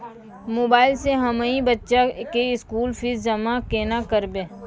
Mobile से हम्मय बच्चा के स्कूल फीस जमा केना करबै?